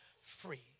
free